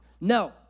No